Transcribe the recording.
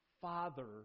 Father